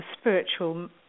spiritual